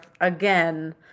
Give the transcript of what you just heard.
again